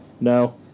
No